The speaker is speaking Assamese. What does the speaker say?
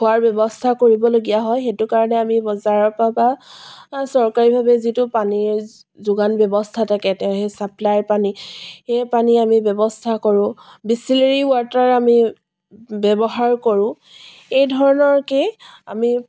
খোৱাৰ ব্যৱস্থা কৰিবলগীয়া হয় সেইটো কাৰণে আমি বজাৰৰ পৰা বা চৰকাৰীভাৱে যিটো পানীৰ যোগান ব্যৱস্থা থাকে তো সেই ছাপ্লাইৰ পানী এই পানী আমি ব্যৱস্থা কৰোঁ বিছলেৰি ৱাটাৰ আমি ব্যৱহাৰ কৰোঁ এই ধৰণৰকৈয়ে আমি